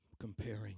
comparing